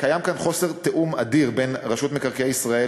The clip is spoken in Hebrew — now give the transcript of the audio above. קיים כאן חוסר תיאום אדיר בין רשות מקרקעי ישראל,